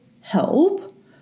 help